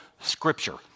scripture